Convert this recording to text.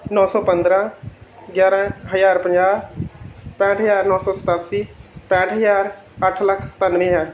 ਨੌਂ ਸੌ ਪੰਦਰਾਂ ਗਿਆਰਾਂ ਹਜ਼ਾਰ ਪੰਜਾਹ ਪੈਂਹਠ ਹਜ਼ਾਰ ਨੌਂ ਸੌ ਸਤਾਸੀ ਪੈਂਹਠ ਹਜ਼ਾਰ ਅੱਠ ਲੱਖ ਸਤਾਨਵੇਂ ਹਜ਼ਾਰ